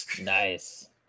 nice